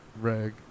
Reg